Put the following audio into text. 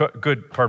good